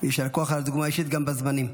יישר כוח על הדוגמה האישית, גם בזמנים.